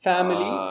Family